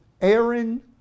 Aaron